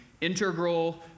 integral